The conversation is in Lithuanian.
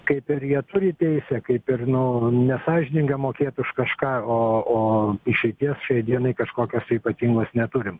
kaip ir jie turi teisę kaip ir nu nesąžininga mokėt už kažką o o išeities šiai dienai kažkokios tai ypatingos neturim